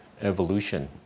evolution